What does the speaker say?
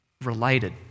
related